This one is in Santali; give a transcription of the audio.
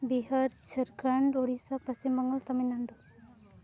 ᱵᱤᱦᱟᱨ ᱡᱷᱟᱲᱠᱷᱚᱸᱰ ᱩᱲᱤᱥᱥᱟ ᱯᱚᱥᱪᱤᱢ ᱵᱮᱝᱜᱚᱞ ᱛᱟᱢᱤᱞᱱᱟᱲᱩ